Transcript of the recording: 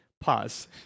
Pause